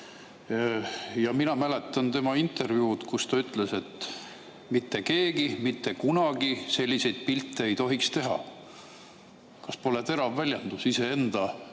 Mina mäletan tema intervjuud, kus ta ütles, et mitte keegi mitte kunagi selliseid pilte ei tohiks teha. Kas pole terav väljendus oma